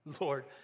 Lord